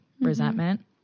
resentment